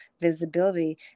visibility